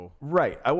Right